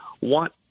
want